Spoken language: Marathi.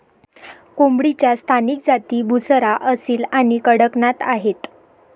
कोंबडीच्या स्थानिक जाती बुसरा, असील आणि कडकनाथ आहेत